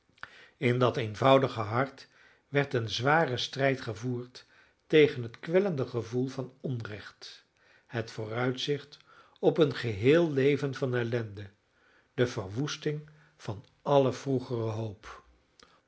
in dat eenvoudige hart werd een zware strijd gevoerd tegen het kwellende gevoel van onrecht het vooruitzicht op een geheel leven van ellende de verwoesting van alle vroegere hoop